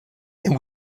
and